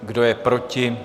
Kdo je proti?